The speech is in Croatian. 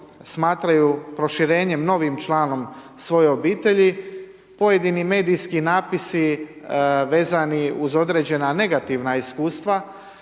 smatraju proširenjem novim članom svoje obitelji. Pojedini medijski natpisi vezani uz određena negativna iskustva,